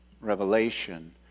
Revelation